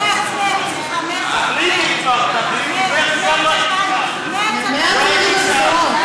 מרס, מרס, תחליטי כבר, תחליטי, לא הייתי שר.